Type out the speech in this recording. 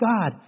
God